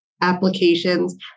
applications